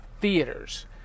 theaters